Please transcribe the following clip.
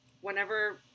whenever